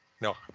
No